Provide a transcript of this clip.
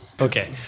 Okay